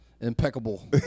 impeccable